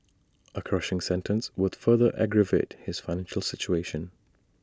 A crushing sentence would further aggravate his financial situation